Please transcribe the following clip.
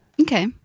Okay